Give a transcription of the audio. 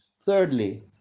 thirdly